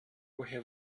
woher